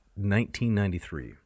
1993